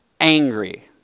angry